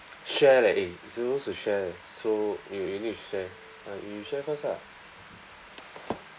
share leh eh you supposed to share so you you need to share ah you share first ah